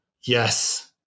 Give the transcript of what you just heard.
Yes